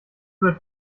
mit